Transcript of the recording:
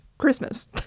Christmas